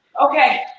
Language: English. okay